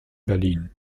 berlin